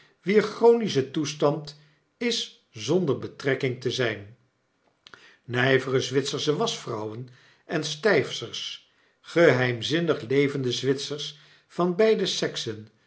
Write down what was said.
wier chronische toestand is zonder betrekking te zgn ngvere zwitsersche waschvrouwen en stjjfsters geheimzinnig levende zwitsers van beide seksen